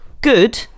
good